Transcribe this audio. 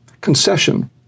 concession